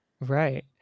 Right